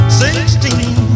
sixteen